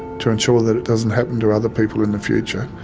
to ensure that it doesn't happen to other people in the future,